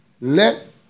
Let